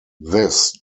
this